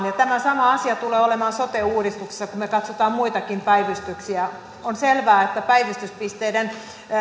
suomenmaahan tämä sama asia tulee olemaan sote uudistuksessa kun me katsomme muitakin päivystyksiä on selvää että päivystyspisteiden